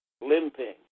limping